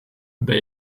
ben